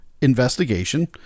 investigation